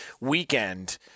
weekend